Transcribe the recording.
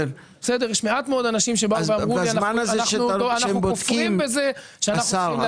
יש מעט מאוד אנשים שאמרו לי: אנחנו כופרים בזה שאנחנו צריכים להחזיר.